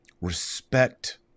Respect